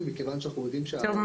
וגם אלימות נגד ילדים ופגיעות